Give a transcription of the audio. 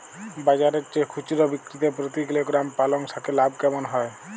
বাজারের চেয়ে খুচরো বিক্রিতে প্রতি কিলোগ্রাম পালং শাকে লাভ কেমন হয়?